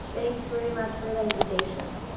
thank you very much for the invitation.